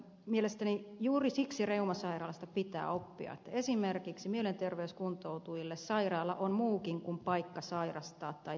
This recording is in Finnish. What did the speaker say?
mielestäni juuri siksi reumasairaalasta pitää oppia että esimerkiksi mielenterveyskuntoutujille sairaala on muukin kuin paikka sairastaa tai tervehtyä